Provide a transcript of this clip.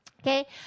okay